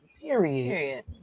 Period